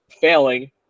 failing